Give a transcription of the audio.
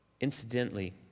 Incidentally